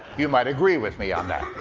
you might agree with me on that.